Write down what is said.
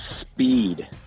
speed